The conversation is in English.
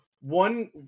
one